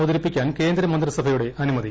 അവതരിപ്പിക്കാൻ കേന്ദ്രമന്ത്രിസഭയുടെ അനുമതി